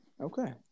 Okay